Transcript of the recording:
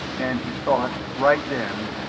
and he'd thought, right then,